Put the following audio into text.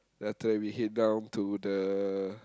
then after that we head down to the